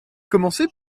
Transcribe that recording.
commencée